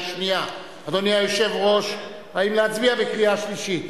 הואיל ועוד יש כמה הצעות של ועדת הכלכלה,